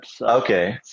Okay